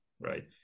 right